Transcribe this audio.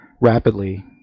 rapidly